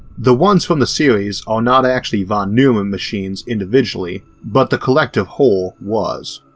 the ones from the series are not actually von neumann machines individually but the collective whole was.